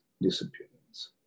disappearance